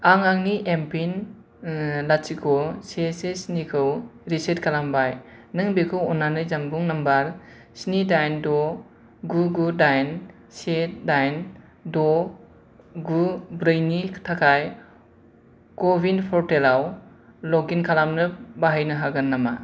आं आंनि एमपिन लाथिख' से से स्नि खौ रिसेट खालामबाय नों बेखौ अन्नानै जानबुं नम्बर स्नि दाइन द' गु गु दाइन से दाइन द' गु ब्रै नि थाखाय क' विन पर्टेलाव लग इन खालामनो बाहायनो हागोन नामा